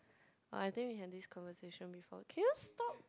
I think we had this conversation before can you stop